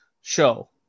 show